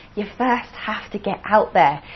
you first have to get out there.